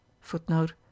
footnote